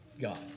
God